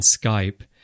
Skype